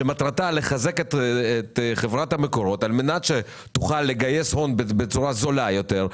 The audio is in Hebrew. שמטרתה לחזק את חברת מקורות כדי שתוכל לגייס הון בצורה זולה יותר,